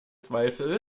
zweifel